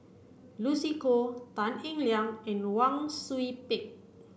Lucy Koh Tan Eng Liang and Wang Sui Pick